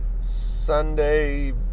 Sunday